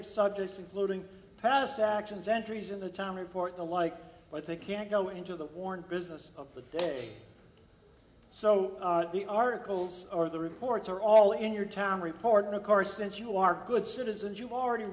of subjects including past actions entries in the time report the like but they can't go into the warrant business of the day so the articles or the reports are all in your town report and of course since you are good citizens you've already